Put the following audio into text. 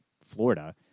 Florida